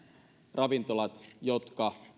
ravintolat jotka